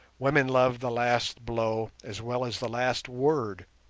women love the last blow as well as the last word,